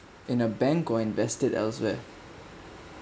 in a bank or invest it elsewhere